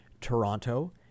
Toronto